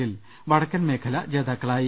മെന്റിൽ വടക്കൻ മേഖല ജേതാക്കളായി